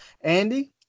Andy